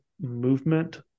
movement